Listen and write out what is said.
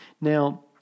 Now